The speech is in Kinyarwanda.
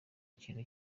ikintu